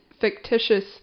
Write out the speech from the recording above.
fictitious